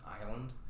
island